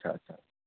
અચ્છા અચ્છા